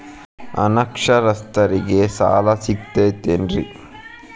ಅನಕ್ಷರಸ್ಥರಿಗ ಸಾಲ ಸಿಗತೈತೇನ್ರಿ?